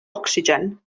ocsigen